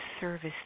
service